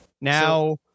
Now